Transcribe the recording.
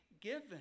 given